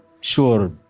sure